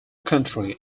country